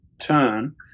turn